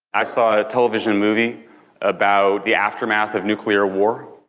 i saw a television movie about the aftermath of nuclear war.